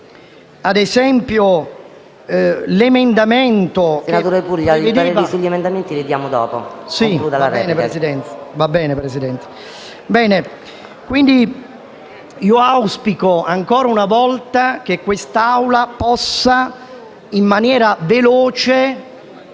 ad esempio, l'emendamento